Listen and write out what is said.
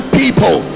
people